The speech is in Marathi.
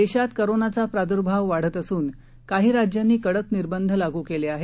देशात कोरोनाचा प्रादूर्भाव वाढत असून काही राज्यांनी कडक निर्बध लागू केले आहेत